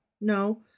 No